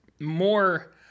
more